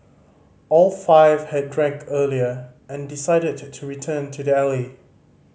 all five had drank earlier and decided to return to the alley